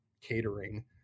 catering